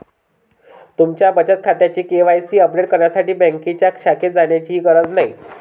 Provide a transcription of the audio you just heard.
तुमच्या बचत खात्याचे के.वाय.सी अपडेट करण्यासाठी बँकेच्या शाखेत जाण्याचीही गरज नाही